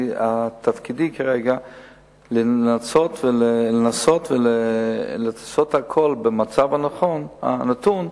תפקידי כרגע לנסות ולעשות הכול במצב הנתון,